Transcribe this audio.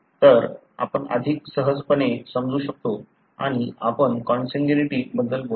तर आपण अधिक सहजपणे समजू शकतो आणि आपण कॉन्सन्ग्यूनिटी बद्दल बोलतो